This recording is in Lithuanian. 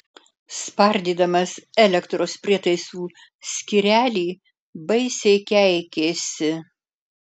spardydamas elektros prietaisų skyrelį baisiai keikėsi